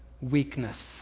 weakness